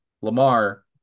Lamar